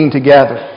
together